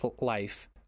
life